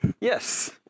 Yes